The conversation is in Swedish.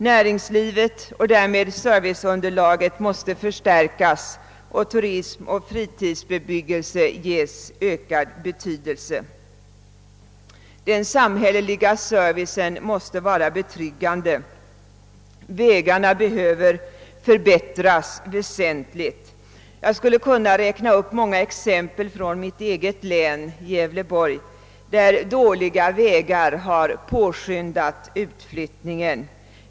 Näringslivet och därmed serviceunderlaget måste förstärkas och turismen och fritidsbebyggelsen måste ges ökad betydelse. Den samhälleliga servicen måste vara betryggande. Vägarna behöver förbättras väsentligt. Jag skulle kunna räkna upp många exempel från mitt eget län — Gävleborgs — där dåliga vägar har påskyndat utflyttningen.